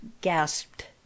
gasped